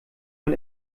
man